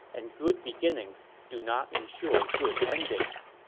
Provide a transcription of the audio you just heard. and good beginnings do not ensure good endings.